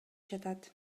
жатат